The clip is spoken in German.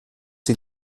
sie